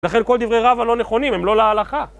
לכן כל דברי רבא לא נכונים, הם לא להלכה.